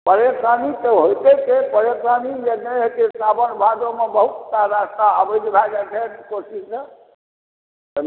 परेशानी तऽ होइते छै परेशानी जे नहि हेतै साओन भादव मे बहुत सा रास्ता अवैध भऽ जाइ छथि कोशी सऽ